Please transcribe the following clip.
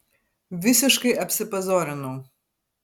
visiškai apsipazorinau